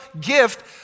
gift